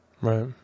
Right